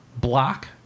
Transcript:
Block